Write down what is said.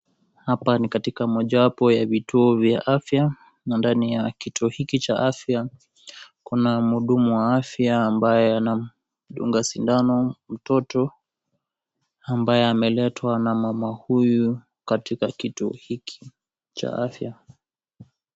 Hapa ni katika mmojawapo ya vituo vya afya, na ndani ya kituo hiki cha afya kuna mhudumu wa afya ambaye anamdunga sindano na mtoto ambaye ameletwa na mama huyu katika kituo hiki cha afya.